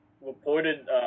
reported